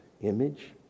image